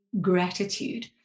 gratitude